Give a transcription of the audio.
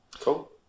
cool